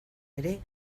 ere